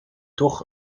toch